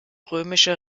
römische